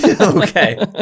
Okay